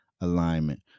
Alignment